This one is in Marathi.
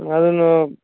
अजून